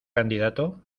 candidato